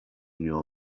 your